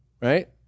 right